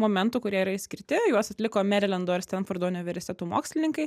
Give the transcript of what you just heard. momentų kurie yra išskirti juos atliko merilendo ir stenfordo universiteto mokslininkai